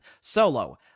solo